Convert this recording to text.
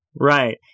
Right